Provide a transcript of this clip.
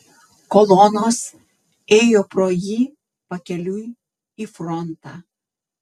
kolonos ėjo pro jį pakeliui į frontą